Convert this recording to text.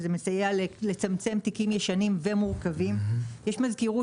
דבר שמסייע לצמצם תיקים ישנים ומורכבים; יש מזכירות